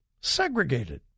Segregated